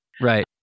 Right